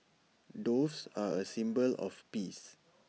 doves are A symbol of peace